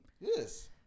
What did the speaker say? Yes